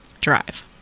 Drive